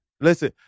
Listen